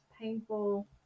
painful